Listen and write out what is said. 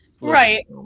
right